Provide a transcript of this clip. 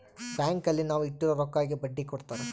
bank ಅಲ್ಲಿ ನಾವ್ ಇಟ್ಟಿರೋ ರೊಕ್ಕಗೆ ಬಡ್ಡಿ ಕೊಡ್ತಾರ